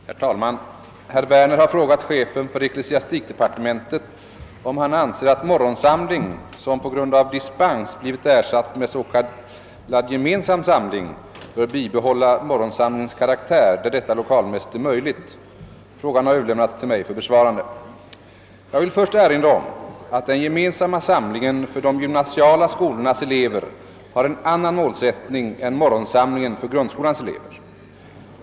Herr talman! Herr Werner har frågat chefen för ecklesiastikdepartementet om han anser att morgonsamling, som på grund av dispens blivit ersatt med s.k. gemensam samling, bör bibehålla morgonsamlingens karaktär, där detta lokalmässigt är möjligt. Frågan har överlämnats till mig för besvarande. Jag vill först erinra om att den gemensamma samlingen för de gymnasiala skolornas elever har en annan målsättning än morgonsamilingen för grundskolans elever.